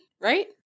right